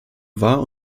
war